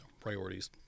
priorities